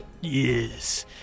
Yes